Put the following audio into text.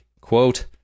quote